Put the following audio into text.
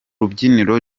rubyiniro